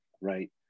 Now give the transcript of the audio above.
right